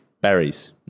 Berries